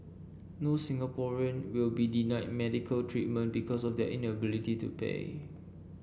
no Singaporean will be denied medical treatment because of their inability to pay